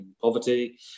poverty